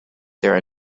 there